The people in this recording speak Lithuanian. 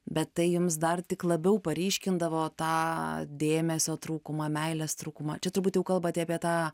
bet tai jums dar tik labiau paryškindavo tą dėmesio trūkumą meilės trūkumą čia turbūt jau kalbate apie tą